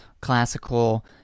classical